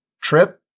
Trip